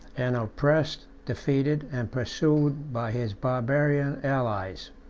and oppressed, defeated, and pursued by his barbarian allies.